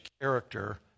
character